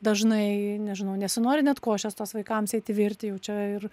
dažnai nežinau nesinori net košės tos vaikams eiti virti jau jaučia ir